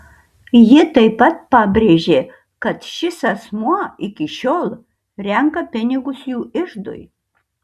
ji taip pat pabrėžė kad šis asmuo iki šiol renka pinigus jų iždui